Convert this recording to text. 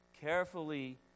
carefully